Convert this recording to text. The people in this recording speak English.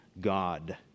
God